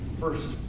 first